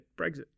Brexit